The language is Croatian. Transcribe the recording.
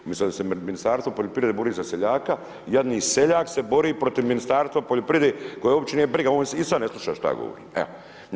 Umjesto da se Ministarstvo poljoprivrede bori za seljaka jadni seljak se bori protiv Ministarstva poljoprivrede kojeg uopće nije briga, on i sad ne sluša što ja govorim, evo.